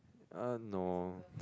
uh no